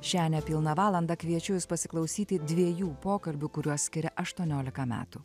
šią nepilną valandą kviečiu jus pasiklausyti dviejų pokalbių kuriuos skiria aštuoniolika metų